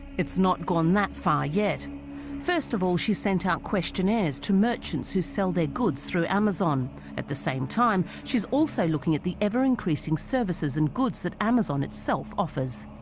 it's not gone that far yet first of all, she sent out questionnaires to merchants who sell their goods through amazon at the same time. she's also looking at the ever-increasing services and goods that amazon itself offers